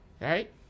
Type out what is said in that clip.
Right